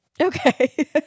Okay